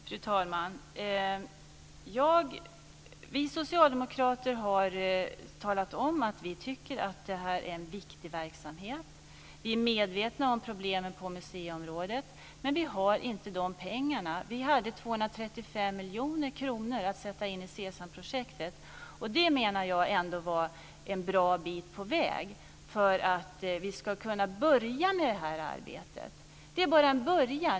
Fru talman! Vi socialdemokrater har talat om att vi tycker att det här är en viktig verksamhet. Vi är medvetna om problemet på museiområdet, men vi har inte de pengarna. Vi hade 235 miljoner kronor att sätta in i SESAM-projektet, och det menar jag ändå var en bra bit på väg för att vi ska kunna börja med det här arbetet. Det är bara en början.